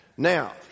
Now